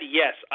yes